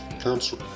cancer